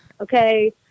Okay